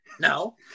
No